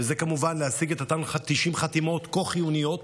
והוא כמובן להשיג את אותן 90 חתימות כה חיוניות